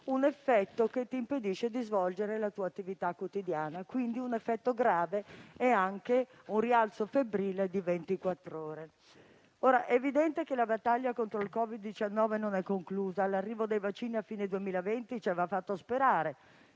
un effetto che ti impedisce di svolgere la tua attività quotidiana, quindi un effetto grave è anche un rialzo febbrile di ventiquattro ore. È evidente che la battaglia contro il Covid-19 non è conclusa. L'arrivo dei vaccini a fine 2020 ci aveva fatto sperare